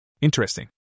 Interesting